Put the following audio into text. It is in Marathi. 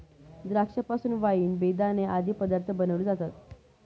द्राक्षा पासून वाईन, बेदाणे आदी पदार्थ बनविले जातात